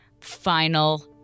Final